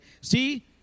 see